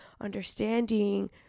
understanding